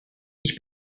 ich